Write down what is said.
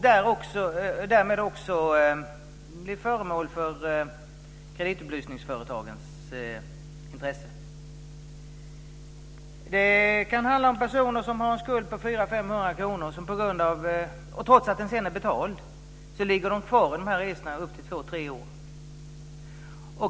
Därmed blir de också föremål för kreditupplysningsföretagens intresse. Det kan handla om personer som haft en skuld på 400-500 kr. Trots att den sedan är betald ligger de kvar i registren i upp till två tre år.